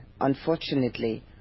unfortunately